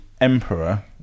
emperor